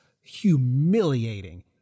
humiliating